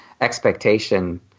expectation